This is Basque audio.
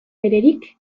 beretik